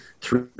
three